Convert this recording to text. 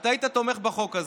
אתה היית תומך בחוק הזה.